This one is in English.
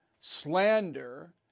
slander